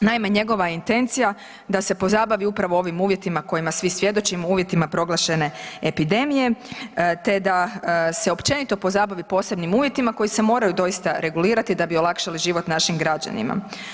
Naime, njegova je intencija da se pozabavi upravo ovim uvjetima kojima svi svjedočimo, uvjetima proglašene epidemije, te da se općenito pozabavi posebnim uvjetima koji se moraju doista regulirati da bi olakšali život našim građanima.